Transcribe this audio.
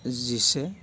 जिसे